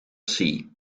sea